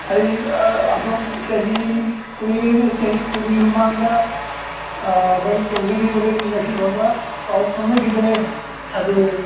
ꯑꯩ ꯑꯗꯣꯝ ꯆꯍꯤ ꯀꯨꯏꯔꯦꯅꯦ ꯆꯍꯤ ꯀꯨꯟꯒꯤ ꯃꯃꯥꯡꯗ ꯃꯔꯨꯞꯀ ꯎꯅꯈꯤꯕꯗꯒꯤ ꯉꯁꯤ ꯐꯥꯎꯕ ꯄꯥꯎ ꯐꯥꯎꯅꯈꯤꯗꯔꯦ ꯑꯗꯣ